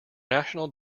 national